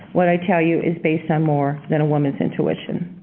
what i tell you is based on more than a women's intuition.